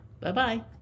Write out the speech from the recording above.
Bye-bye